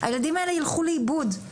הילדים האלה ילכו לאיבוד.